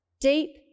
deep